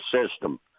system